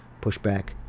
pushback